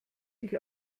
sich